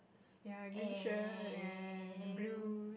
ya green shirt and blue